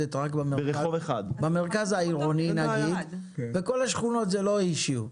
מתמקדת רק במרכז העיר נגיד וכל השכונות זה לא אישיו,